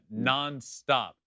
nonstop